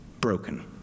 broken